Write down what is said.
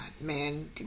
man